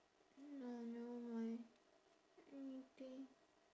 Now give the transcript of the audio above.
no never mind anything